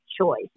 choice